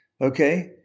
Okay